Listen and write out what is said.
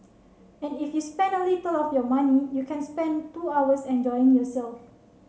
and if you spend a little of your money you can spend two hours enjoying yourself